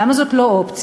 למה זאת לא אופציה?